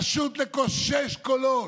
פשוט לקושש קולות.